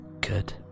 good